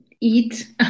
eat